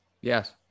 yes